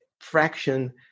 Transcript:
fraction